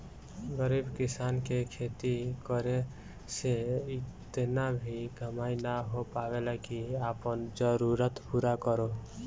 गरीब किसान के खेती करे से इतना भी कमाई ना हो पावेला की आपन जरूरत पूरा करो